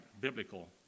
biblical